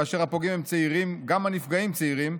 כאשר הפוגעים הם צעירים גם הנפגעים הם צעירים,